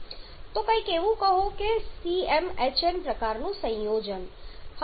તો કંઈક એવું કહો કે CmHn પ્રકારનું સંયોજન